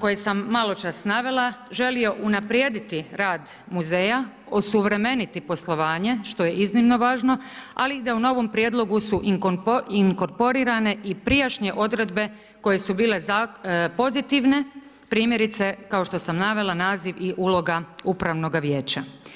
koje sam maločas navela želio unaprijediti rad muzeja, osuvremeniti poslovanje, što je iznimno važno, ali i da u novom prijedlogu su inkorporirane i prijašnje odredbe koje su bile pozitivne, primjerice, kao što sam navela, naziv i uloga upravnoga vijeća.